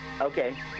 okay